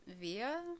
via